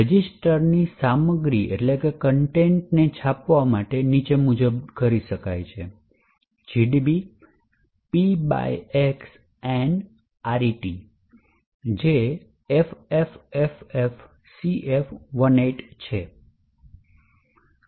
રજિસ્ટરની સામગ્રીને છાપવા નીચે મુજબ કરી શકાય છે gdb p x ret જે FFFFCF18 છે